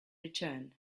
return